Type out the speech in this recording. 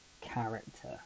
character